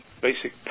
basic